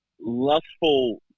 lustful